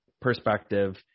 perspective